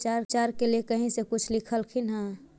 उपचार के लीये कहीं से कुछ सिखलखिन हा?